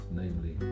namely